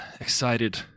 excited